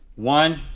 one.